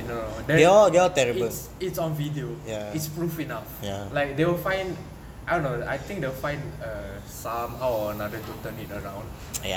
no no then it's it's on video it's proof enough like they'll find I don't know I think they will find somehow or another to turn it around